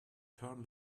turn